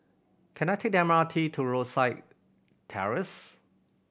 can I take the M R T to Rosyth Terrace